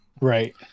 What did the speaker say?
Right